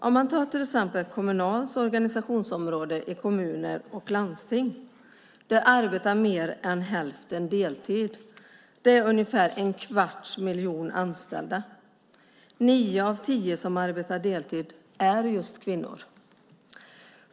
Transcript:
Om man tar exempelvis Kommunals organisationsområde, kommuner och landsting, ser man att mer än hälften arbetar deltid. Det är ungefär en kvarts miljon anställda. Nio av tio som arbetar deltid är kvinnor.